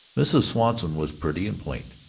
mrs. swanson was pretty and pliant.